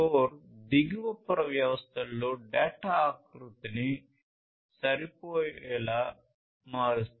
4 దిగువ పొర వ్యవస్థలో డేటా ఆకృతిని సరిపోయేలా మారుస్తుంది